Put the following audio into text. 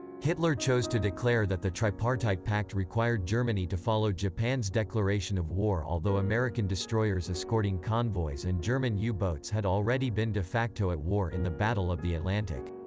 hitler chose to declare that the tripartite pact required germany to follow japan's declaration of war although american destroyers escorting convoys and german yeah u-boats had already been de facto at war in the battle of the atlantic.